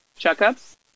checkups